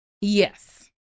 Yes